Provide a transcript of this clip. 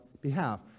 behalf